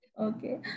Okay